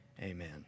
amen